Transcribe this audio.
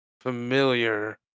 familiar